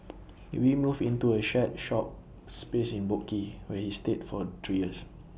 he moved into A shared shop space in boat quay where he stayed for three years